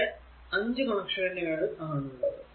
ഇവിടെ 5 കണക്ഷനുകൾ ആണുള്ളത്